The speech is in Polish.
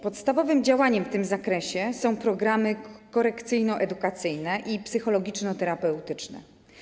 Podstawowym działaniem w tym zakresie są programy korekcyjno-edukacyjne i psychologiczno-terapeutyczne.